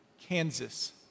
Kansas